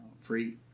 free